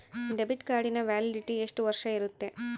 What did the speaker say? Debit ಕಾರ್ಡಿನ validity ಎಷ್ಟು ವರ್ಷ ಇರುತ್ತೆ?